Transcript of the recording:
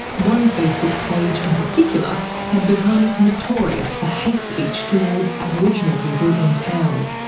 one facebook page in particular had become notorious for hate speech towards aboriginal people in town.